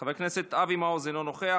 חבר הכנסת אבי מעוז, אינו נוכח.